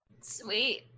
sweet